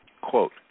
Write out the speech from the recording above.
Quote